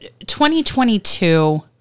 2022